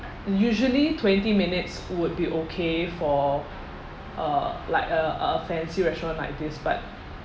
usually twenty minutes would be okay for uh like uh uh a fancy restaurant like this but